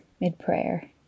mid-prayer